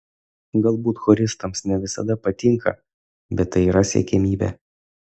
galbūt choristams ne visada patinka bet tai yra siekiamybė